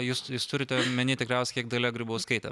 jūs jūs turite omeny tikriausiai kiek dalia grybauskaitė